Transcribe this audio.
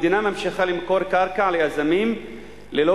המדינה ממשיכה למכור קרקע ליזמים ללא